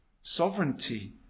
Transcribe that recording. sovereignty